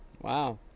wow